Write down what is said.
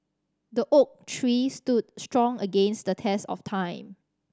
the oak tree stood strong against the test of time